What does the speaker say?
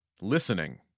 Listening